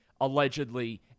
allegedly